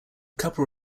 couple